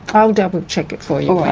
i'll double-check it for you.